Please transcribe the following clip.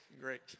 Great